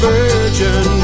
Virgin